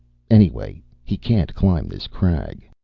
anyway, he can't climb this crag.